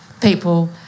people